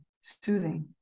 soothing